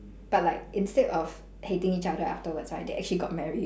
but like instead of hating each other afterwards right they actually got married